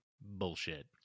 bullshit